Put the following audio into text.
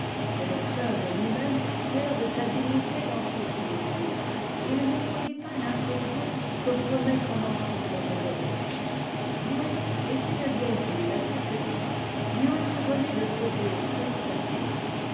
mais le fleuve tui même perd de sa dignité dans tous ses détours et il ne produit pas l'impression que promet son antique renommée vienne est une vieille ville assez petite mais environnée de faubourgs